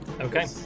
Okay